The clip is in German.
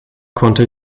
konnte